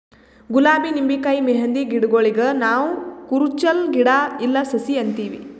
ಗುಲಾಬಿ ನಿಂಬಿಕಾಯಿ ಮೆಹಂದಿ ಗಿಡಗೂಳಿಗ್ ನಾವ್ ಕುರುಚಲ್ ಗಿಡಾ ಇಲ್ಲಾ ಸಸಿ ಅಂತೀವಿ